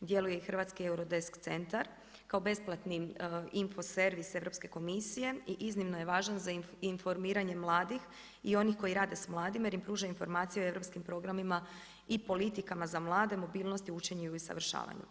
djeluje i Hrvatski Eurodesk centar, kao besplatni info servis Europske komisije i iznimno je važan za informiranje mladih i onih koji rade s mladima jer im pruža informacije o europskim programima i politikama za mlade, mobilnost, učenju i usavršavanu.